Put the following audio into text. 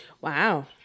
Wow